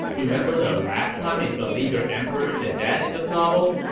remember the last time a beleaguered emperor did that in this novel?